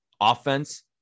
Offense